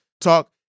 talk